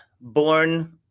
born